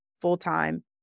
full-time